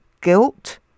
guilt